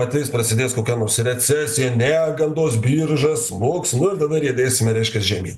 ateis prasidės kokia nors recesija negandos birža smuks nu ir tada riedėsime reiškias žemyn